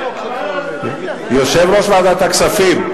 יושב-ראש ועדת הכספים,